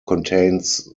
contains